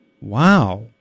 Wow